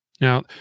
Now